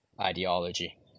ideology